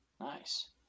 nice